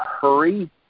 hurry